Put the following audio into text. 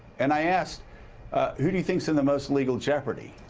and i asked who do you think is in the most legal jeopardy.